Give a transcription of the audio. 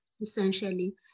essentially